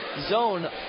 zone